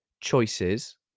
choices